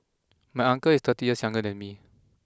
my uncle is thirty years younger than me